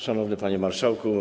Szanowny Panie Marszałku!